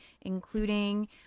including